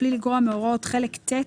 "בלי לגרוע מהוראות חלק ט',